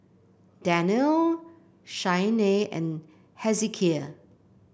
Danyel Shianne and Hezekiah